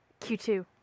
q2